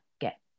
get